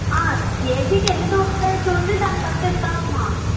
కేజీకి ఎన్ని తూగుతాయో చూసి దాని బట్టి ఇస్తామమ్మా